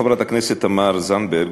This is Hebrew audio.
חברת הכנסת תמר זנדברג,